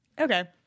Okay